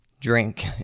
drink